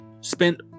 spent